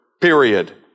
period